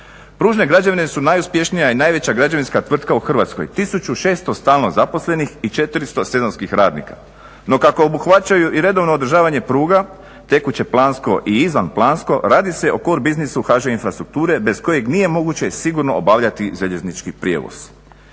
Pružne građevine su najuspješnija i najveća građevinska tvrtka u Hrvatskoj, 1600 stalno zaposlenih i 400 sezonskih radnika. no kako obuhvaćaju i redovno održavanje pruga tekuće plansko i izvanplansko radi se o cor biznisu HŽ Infrastrukture bez kojeg nije moguće sigurno obavljati željeznički prijevoz.